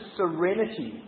serenity